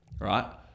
right